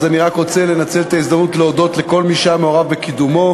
אז אני רק רוצה לנצל את ההזדמנות להודות לכל מי שהיה מעורב בקידומו,